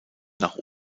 nach